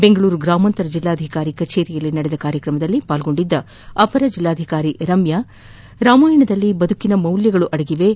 ಬೆಂಗಳೂರು ಗ್ರಾಮಾಂತರ ಜಿಲ್ಲಾಧಿಕಾರಿ ಕಚೇರಿಯಲ್ಲಿ ನಡೆದ ಕಾರ್ಯಕ್ರಮದಲ್ಲಿ ಪಾಲ್ಗೊಂಡಿದ್ದ ಅಪರ ಜಿಲ್ಲಾಧಿಕಾರಿ ರಮ್ಯ ರಾಮಾಯಣದಲ್ಲಿ ಬದುಕಿನ ಮೌಲ್ಯಗಳು ಅಡಗಿವೆ